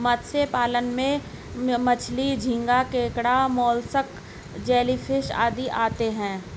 मत्स्य पालन में मछली, झींगा, केकड़ा, मोलस्क, जेलीफिश आदि आते हैं